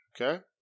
Okay